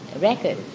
record